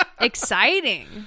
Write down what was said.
exciting